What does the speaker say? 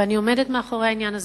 ואני עומדת מאחורי העניין הזה.